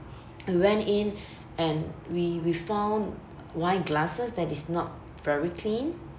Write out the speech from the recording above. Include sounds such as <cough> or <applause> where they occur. <breath> <noise> we went in <breath> and we we found wine glasses that is not very clean